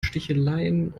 sticheleien